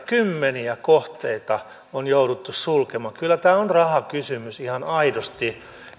kymmeniä kohteita on jouduttu sulkemaan kyllä tämä on rahakysymys ihan aidosti